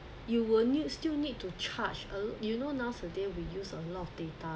you will need still need to charge a you know nowadays we use a lot of data